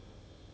ya lor